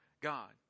God